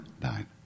died